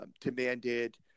demanded